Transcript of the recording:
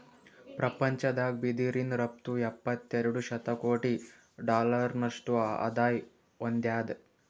ಪ್ರಪಂಚದಾಗ್ ಬಿದಿರಿನ್ ರಫ್ತು ಎಪ್ಪತ್ತೆರಡು ಶತಕೋಟಿ ಡಾಲರ್ನಷ್ಟು ಆದಾಯ್ ಹೊಂದ್ಯಾದ್